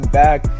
back